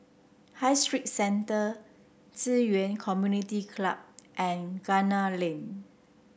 High Street Centre Ci Yuan Community Club and Gunner Lane